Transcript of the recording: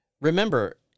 Remember